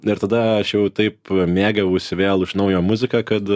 ir tada aš jau taip mėgavausi vėl iš naujo muzika kad